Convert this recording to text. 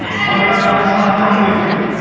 what if god is not done with you?